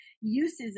uses